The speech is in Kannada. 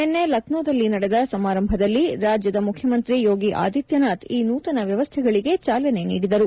ನಿನ್ನೆ ಲಕ್ನೋದಲ್ಲಿ ನಡೆದ ಸಮಾರಂಭದಲ್ಲಿ ರಾಜ್ಯದ ಮುಖ್ಯಮಂತ್ರಿ ಯೋಗಿ ಆದಿತ್ಯನಾಥ್ ಈ ನೂತನ ವ್ಯವಸ್ಥೆಗಳಿಗೆ ಚಾಲನೆ ನೀಡಿದರು